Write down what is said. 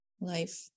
life